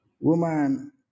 woman